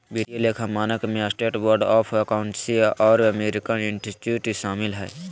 वित्तीय लेखा मानक में स्टेट बोर्ड ऑफ अकाउंटेंसी और अमेरिकन इंस्टीट्यूट शामिल हइ